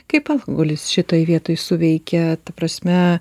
kaip alkoholis šitoj vietoj suveikia ta prasme